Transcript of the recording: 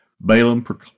Balaam